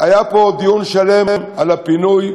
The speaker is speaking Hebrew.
היה פה דיון שלם על הפינוי,